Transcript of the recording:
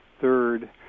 third